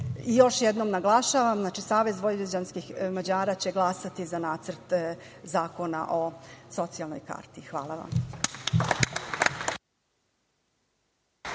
jednom naglašavam, Savez vojvođanskih Mađara će glasati za Nacrt zakona o socijalnoj karti. Hvala vam.